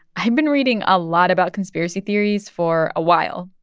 i've been reading a lot about conspiracy theories for a while.